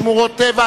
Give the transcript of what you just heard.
שמורות טבע,